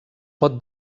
pot